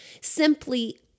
simply